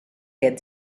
get